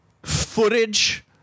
Footage